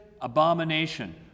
abomination